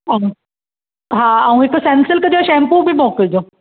हा ऐं हिकु सनसिल्क जो शैंपू बि मोकिलिजो